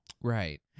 Right